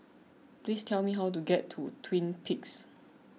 please tell me how to get to Twin Peaks